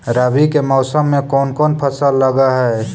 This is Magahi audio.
रवि के मौसम में कोन कोन फसल लग है?